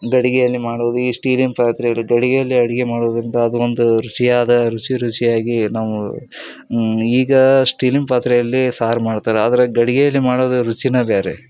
ಗಡಿಗೆಯಲ್ಲಿ ಮಾಡೋದು ಈ ಸ್ಟೀಲಿನ ಪಾತ್ರೆಯಲ್ಲಿ ಗಡಿಗೆಯಲ್ಲಿ ಅಡುಗೆ ಮಾಡೋದರಿಂದ ಅದು ಒಂದು ರುಚಿಯಾದ ರುಚಿ ರುಚಿಯಾಗಿ ನಮ್ಗೆ ಈಗ ಸ್ಟೀಲಿನ ಪಾತ್ರೆಯಲ್ಲಿ ಸಾರು ಮಾಡ್ತಾರೆ ಆದರೆ ಗಡಿಗೆಯಲ್ಲಿ ಮಾಡೋದು ರುಚಿನೇ ಬೇರೆ